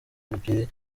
ebyiri